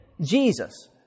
Jesus